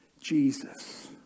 Jesus